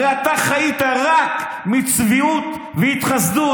הרי אתה חיית רק מצביעות ומהתחסדות.